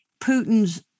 Putin's